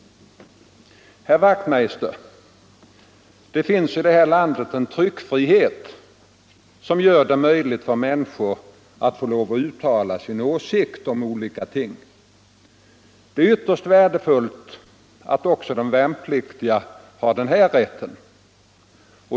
Herr Wachtmeister, det finns i det här landet en tryckfrihet som gör det möjligt för människor att få lov att uttala sin åsikt om olika ting. Det är ytterst värdefullt att också de värnpliktiga har den rätten.